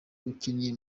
ukennye